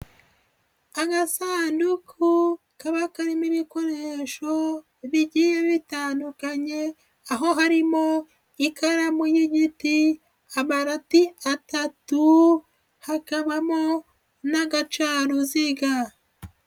Agasanduku kaba karimo ibikoresho bigiye bitandukanye aho harimo ikaramu y'igiti, amarati atatu, hakaba harimo n'agacaruziga.